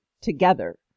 together